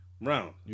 Round